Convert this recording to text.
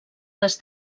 les